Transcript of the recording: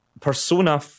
Persona